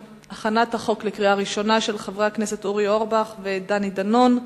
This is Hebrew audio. של חברי הכנסת אורי אורבך ודני דנון,